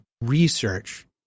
research